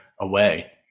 away